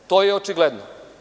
To je očigledno.